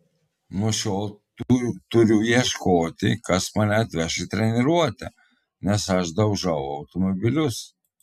nuo šiol turiu ieškoti kas mane atveš į treniruotę nes aš daužau automobilius